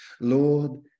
Lord